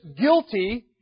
guilty